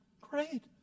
Great